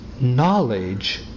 knowledge